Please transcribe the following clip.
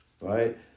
Right